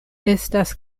estas